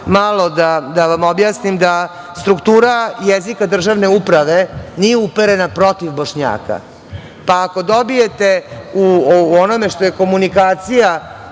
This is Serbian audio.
da vam objasnim da struktura jezika državne uprave nije uperena protiv Bošnjaka, pa ako dobijete u onome šta je komunikacija